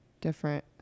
Different